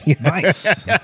Nice